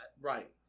right